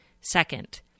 Second